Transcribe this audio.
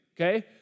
okay